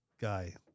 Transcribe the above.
guy